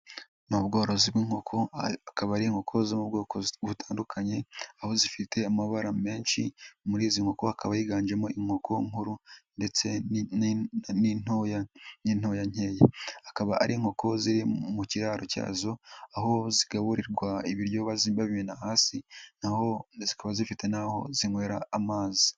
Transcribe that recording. ' NI ubworozi bw'inkoko, akaba ari inkoko zo mu bwoko butandukanye aho zifite amabara menshi, muri izi nkoko hakaba higanjemo inkoko nkuru n'intoya nkeya. Akaba ari inkoko ziri mu kiraro cyazo aho zigaburirwa ibiryo babimena hasi naho zikaba zifite naho zinywera amazi.